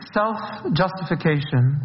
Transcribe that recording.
self-justification